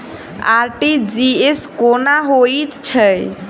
RTGS कोना होइत छै?